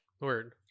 Word